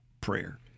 prayer